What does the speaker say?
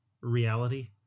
reality